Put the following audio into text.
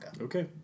Okay